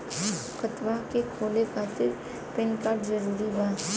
खतवा के खोले खातिर पेन कार्ड जरूरी बा?